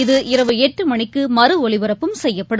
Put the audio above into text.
இது இரவு எட்டுமணிக்குமறுஒலிபரப்பும் செய்யப்படும்